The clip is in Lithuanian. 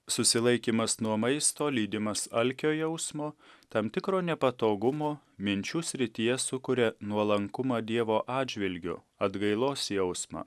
susilaikymas nuo maisto lydimas alkio jausmo tam tikro nepatogumo minčių srityje sukuria nuolankumą dievo atžvilgiu atgailos jausmą